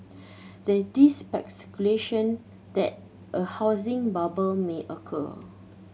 there this speculation that a housing bubble may occur